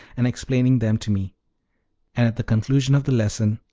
and explaining them to me and at the conclusion of the lesson,